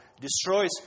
destroys